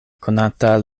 konata